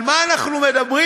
על מה אנחנו מדברים?